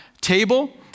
table